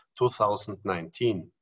2019